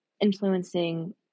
influencing